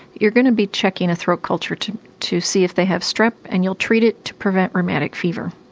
you're going to be checking a throat culture to to see if they have strep and you'll treat it to prevent rheumatic fever.